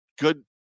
good